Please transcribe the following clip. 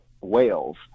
whales